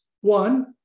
one